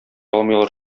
алмыйлар